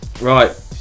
Right